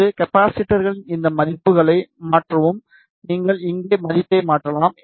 இந்த கப்பாசிட்டரின்களின் இந்த மதிப்புகளை மாற்றவும் நீங்கள் இங்கே மதிப்பை மாற்றலாம்